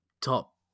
top